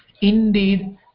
Indeed